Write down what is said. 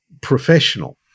professional